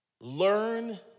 Learn